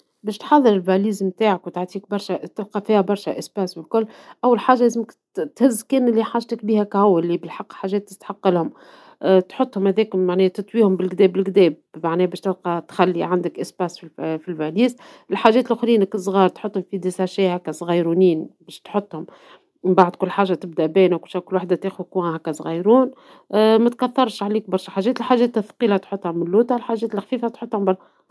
باش تحضر الحقيبة نتاعك وتعطيك وتلقى فيها برشا مساحة ، أول حاجة لازمك تهز كامل لي حاجتك بيهم هكاهو ، لي بالحق الحاجات لي تسحقهم ، تحطهم هذاكا تطويهم بالقدا بالقدا معناها باش تلقى تخلي عندك مساحة في الحقيبة ، الحاجات لوخرين هكا الصغار تحطهم في اكياس صغيرة ، باش تحطهم من بعد كل حاجة تبدى بال كل واحدة تأخذ مكان صغيرون، متكثرش عليك برشا حاجات ، الحاجات الثقيلة تحطها من لوطا ، الحاجات الخفيفة تحطها من الفوق.